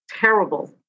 terrible